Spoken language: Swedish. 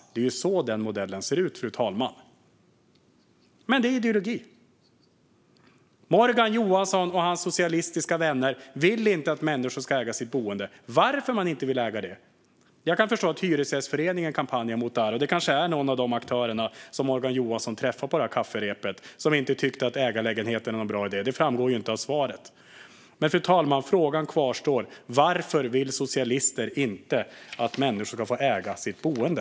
Det är så den modellen ser ut, fru talman. Men detta är ideologi. Morgan Johansson och hans socialistiska vänner vill inte att människor ska äga sitt boende. Varför vill man inte det? Jag kan förstå att Hyresgästföreningen kampanjar mot detta, och det kanske är en av de aktörer som Morgan Johansson träffade på kafferepet som inte tyckte att ägarlägenheter är någon bra idé. Det framgår inte av svaret. Men, fru talman, frågan kvarstår: Varför vill socialister inte att människor ska få äga sitt boende?